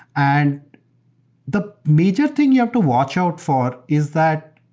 and the major thing you have to watch out for is that